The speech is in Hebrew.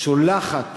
שולחת